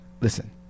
listen